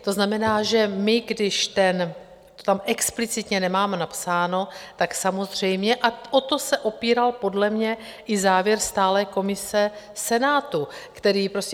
To znamená, že my když to tam explicitně nemáme napsáno, tak samozřejmě, a o to se opíral podle mě i závěr stálé komise v Senátu, který prostě...